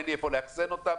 אין לי איפה לאחסן אותם,